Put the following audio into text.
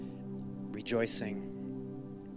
rejoicing